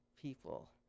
People